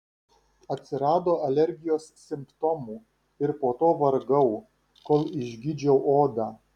atsirado alergijos simptomų ir po to vargau kol išgydžiau odą